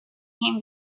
came